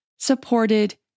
Supported